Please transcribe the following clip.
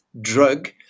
drug